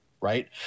right